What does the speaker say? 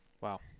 Wow